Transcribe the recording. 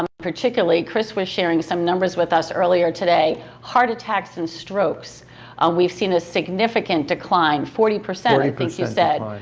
um particularly chris was sharing some numbers with us earlier today, heart attacks and strokes we've seen a significant decline, forty percent i think you said,